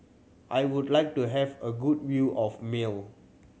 I would like to have a good view of Male